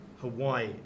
Hawaii